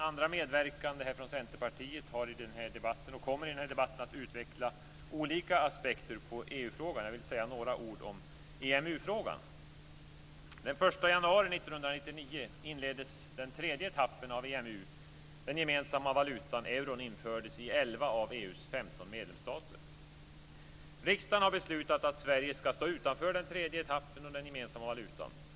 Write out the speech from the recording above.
Andra medverkande från Centerpartiet har i den här debatten utvecklat, och kommer senare i debatten att ytterligare utveckla, olika aspekter på EU-frågan. Jag vill säga några ord om EMU-frågan. av EU:s 15 medlemsstater. Riksdagen har beslutat att Sverige ska stå utanför den tredje etappen och den gemensamma valutan.